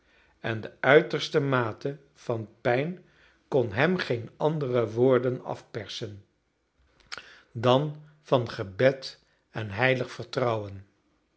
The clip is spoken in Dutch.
en de uiterste mate van pijn kon hem geen andere woorden afpersen dan van gebed en heilig vertrouwen